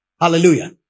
Hallelujah